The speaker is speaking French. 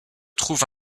trouve